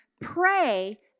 pray